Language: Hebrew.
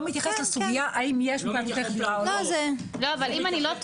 לא מתייחס לסוגיה האם יש -- אם אני לא טועה,